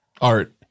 art